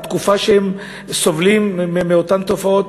התקופה שהם סובלים מאותן תופעות,